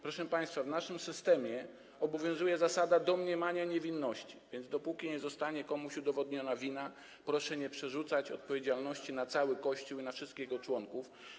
Proszę państwa, w naszym systemie obowiązuje zasada domniemania niewinności, więc dopóki nie zostanie komuś udowodniona wina, proszę nie przerzucać odpowiedzialności na cały Kościół i na wszystkich jego członków.